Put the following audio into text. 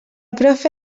profe